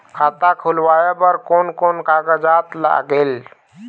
खाता खुलवाय बर कोन कोन कागजात लागेल?